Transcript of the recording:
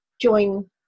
join